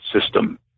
system